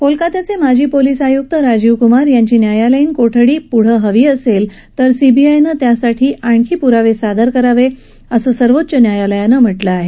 कोलकत्याचे माजी पोलीस आयुक्त राजीव कुमार यांची न्यायालयीन कोठडी हवी असेल तर सीबाआयनं त्यासाठी आणखी पुरावे सादर करावेत असं सर्वोच्च न्यायालयानं म्हटलं आहे